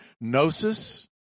gnosis